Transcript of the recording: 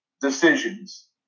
decisions